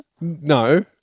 No